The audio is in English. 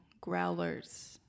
growlers